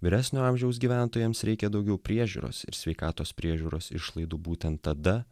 vyresnio amžiaus gyventojams reikia daugiau priežiūros ir sveikatos priežiūros išlaidų būtent tada